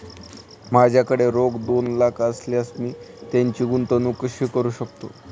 माझ्याकडे रोख दोन लाख असल्यास मी त्याची गुंतवणूक कशी करू शकतो?